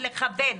ולכוון,